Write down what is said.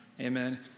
Amen